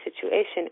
situation